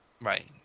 Right